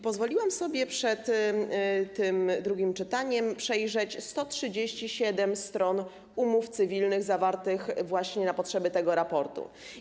Pozwoliłam sobie przed tym drugim czytaniem przejrzeć 137 stron umów cywilnych zawartych właśnie na potrzeby tego raportu.